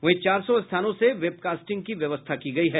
वहीं चार सौ स्थानों से वेबकास्टिंग की व्यवस्था की गयी है